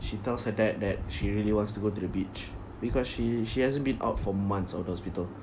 she tells her dad that she really wants to go to the beach because she she hasn't been out for months out of the hospital